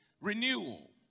Renewal